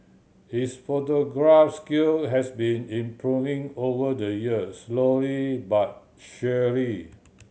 his photography skill have been improving over the years slowly but surely